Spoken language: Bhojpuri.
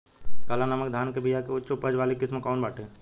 काला नमक धान के बिया के उच्च उपज वाली किस्म कौनो बाटे?